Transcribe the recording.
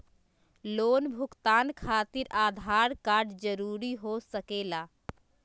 Loan भुगतान खातिर Aadhaar card जरूरी हो सके ला?